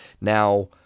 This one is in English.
Now